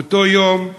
באותו היום,